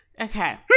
okay